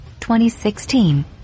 2016